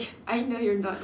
I know you're not